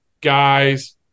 guys